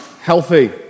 healthy